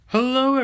Hello